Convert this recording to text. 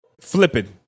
flipping